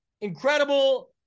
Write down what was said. incredible